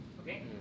Okay